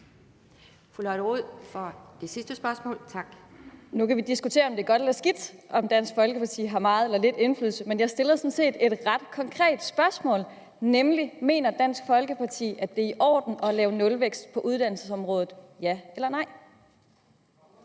Kl. 11:13 Lotte Rod (RV): Nu kan man jo diskutere, om det er godt eller skidt, at Dansk Folkeparti har stor eller lille indflydelse, men jeg stiller sådan set et ret konkret spørgsmål, nemlig: Mener Dansk Folkeparti, at det er i orden at lave nulvækst på uddannelsesområdet – ja eller nej?